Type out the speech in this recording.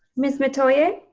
ms. metoyer?